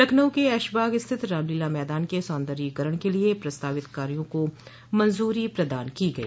लखनऊ के ऐशबाग स्थित रामलीला मैदान के सौन्दर्यीकरण के लिये प्रस्तावित कार्यों को मंजूरी प्रदान की गई